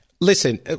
Listen